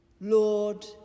Lord